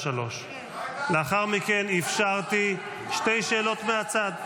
15:00. לאחר מכן אפשרתי שתי שאלות מהצד,